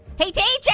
hey, teacher,